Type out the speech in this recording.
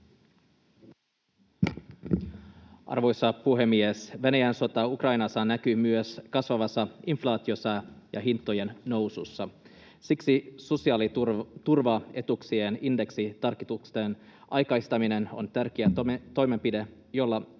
Arvoisa puhemies! Venäjän sota Ukrainassa näkyy myös kasvavassa inflaatiossa ja hintojen nousussa. Siksi sosiaaliturvaetuuksien indeksitarkistusten aikaistaminen on tärkeä toimenpide, jolla